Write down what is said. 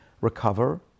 recover